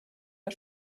der